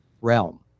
realm